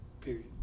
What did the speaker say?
Period